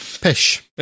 Pish